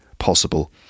Possible